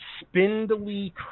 spindly